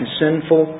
sinful